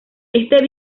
este